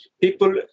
People